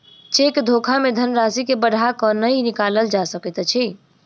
cheque धोखा मे धन राशि के बढ़ा क नै निकालल जा सकैत अछि